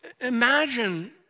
imagine